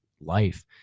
life